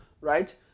right